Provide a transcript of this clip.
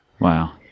wow